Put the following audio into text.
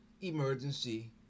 emergency